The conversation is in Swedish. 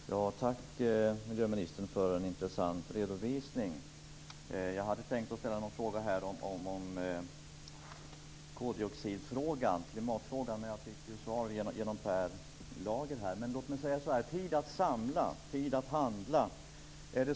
Fru talman! Tack miljöministern för en intressant redovisning. Jag hade tänkt ställa en fråga om koldioxiden och klimatet, men jag fick besked genom Per Låt mig säga så här: Tid att samla, tid att handla.